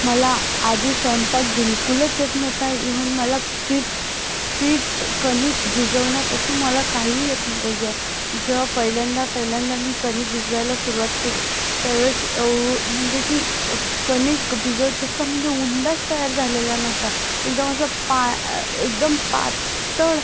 मला आधी स्वयंपाक बिलकुलच येत नव्हता ईवन मला पीठ पीठ कणिक भिजवण्यापासून मला काहीही येत नव्हतं ज जेव्हा पहिल्यांदा पहिल्यांदा मी कणिक भिजवायला सुरवात केली त्यावेळेस एव म्हणजे की कणिक भिजव त्याचं म्हणजे उंडाच तयार झालेला नव्हता एकदम असा पा एकदम पातळ